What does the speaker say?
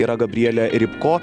yra gabriele rybko